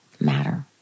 matter